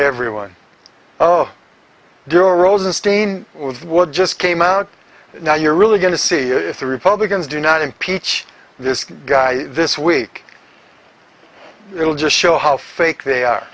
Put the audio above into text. everyone oh dear rosenstein with what just came out now you're really going to see if the republicans do not impeach this guy this week it will just show how fake they are